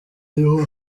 niho